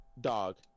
Dog